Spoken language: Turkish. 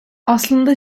aslında